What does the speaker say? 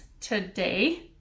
today